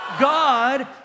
God